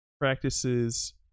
practices